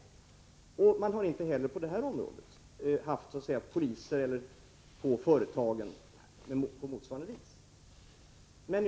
Inte heller på det här området har man på motsvarande vis haft poliser på företagen.